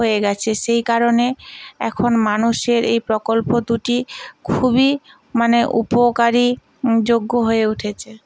হয়ে গেছে সেই কারণে এখন মানুষের এই প্রকল্প দুটি খুবই মানে উপকারি যোগ্য হয়ে উঠেছে